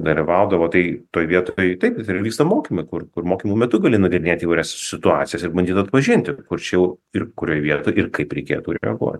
dalyvaudavo tai toj vietoj taip ir vyksta mokymai kur kur mokymų metu gali nagrinėt įvairias situacijas ir bandyt atpažinti kur čia jau ir kurioj vietoj ir kaip reikėtų reaguot